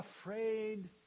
afraid